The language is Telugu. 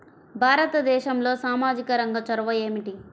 భారతదేశంలో సామాజిక రంగ చొరవ ఏమిటి?